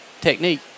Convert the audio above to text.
technique